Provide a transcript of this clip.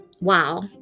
Wow